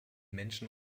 menschen